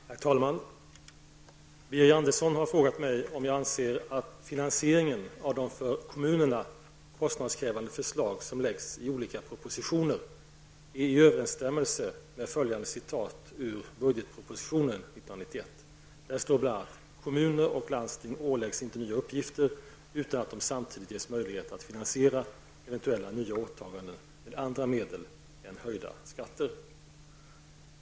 Herr talman! Birger Andersson har frågat mig om jag anser att finansieringen av de för kommunerna kostnadskrävande förslag som läggs fram i olika propositioner är i överensstämmelse med följande citat ur bil. 9 till budgetpropositionen 1991. Där står bl.a.: ''Kommuner och landsting åläggs inte nya uppgifter utan att de samtidigt ges möjlighet att finansiera eventuella nya åtaganden med andra medel än höjda skatter.''